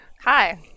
Hi